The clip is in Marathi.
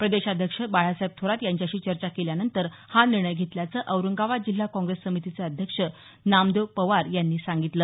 प्रदेशाध्यक्ष बाळासाहेब थोरात यांच्याशी चर्चा केल्यानंतर हा निर्णय घेतल्याचं औरंगाबाद जिल्हा काँग्रेस समितीचे अध्यक्ष नामदेव पवार यांनी सांगितलं